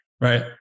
right